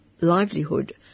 Livelihood